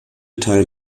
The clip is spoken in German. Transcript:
teil